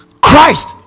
Christ